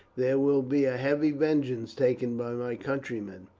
there will be a heavy vengeance taken by my countrymen.